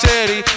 City